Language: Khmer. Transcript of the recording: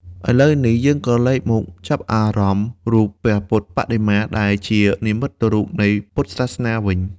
ឥឡូវនេះ យើងក្រឡេកមកចាប់អារម្មណ៍ រូបព្រះពុទ្ធបដិមា ដែលជានិមិត្តរូបនៃពុទ្ធសាសនាវិញ។